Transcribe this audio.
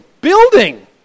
building